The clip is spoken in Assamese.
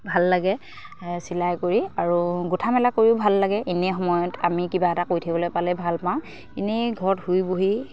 ভাল লাগে চিলাই কৰি আৰু গোঁঠা মেলা কৰিও ভাল লাগে এনেই সময়ত আমি কিবা এটা কৰি থাকিবলৈ পালেই ভাল পাওঁ এনেই ঘৰত শুই বহি